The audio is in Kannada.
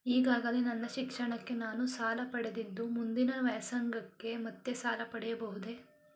ಈಗಾಗಲೇ ನನ್ನ ಶಿಕ್ಷಣಕ್ಕೆ ನಾನು ಸಾಲ ಪಡೆದಿದ್ದು ಮುಂದಿನ ವ್ಯಾಸಂಗಕ್ಕೆ ಮತ್ತೆ ಸಾಲ ಪಡೆಯಬಹುದೇ?